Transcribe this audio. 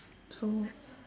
so